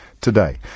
today